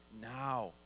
now